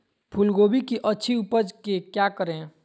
फूलगोभी की अच्छी उपज के क्या करे?